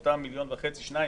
כלומר אותם מיליון וחצי-2 מיליון,